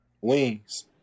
Wings